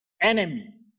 enemy